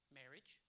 marriage